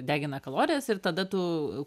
degina kalorijas ir tada tu